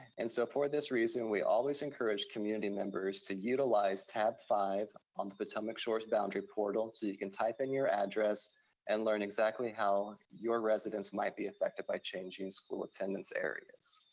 and so, for this reason, we always encourage community members to utilize tab five on the potomac shores boundary portal so you can type in your address and learn exactly how your residence might be affected by changing school attendance areas.